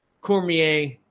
Cormier